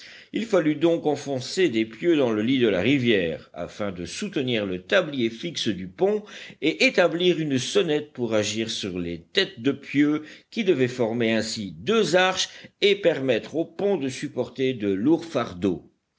il fallut donc enfoncer des pieux dans le lit de la rivière afin de soutenir le tablier fixe du pont et établir une sonnette pour agir sur les têtes de pieux qui devaient former ainsi deux arches et permettre au pont de supporter de lourds fardeaux